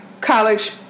college